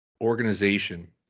organization